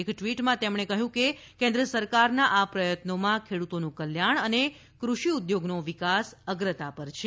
એક ટવીટમાં તેમણે કહ્યું હતું કે કેન્દ્ર સરકારના આ પ્રયત્નોમાં ખેડુતોનું કલ્યાણ અને કૃષિ ઉદ્યોગનો વિકાસ અગ્રતા પર છે